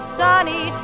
sunny